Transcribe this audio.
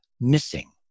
missing